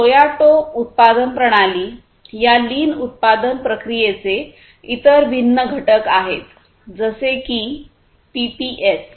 Toyota उत्पादन प्रणाली या लीन उत्पादन प्रक्रियेचे इतर भिन्न घटक आहेत जसे की पीपीएस